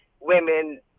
women